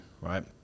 right